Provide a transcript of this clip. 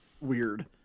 weird